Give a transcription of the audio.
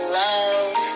love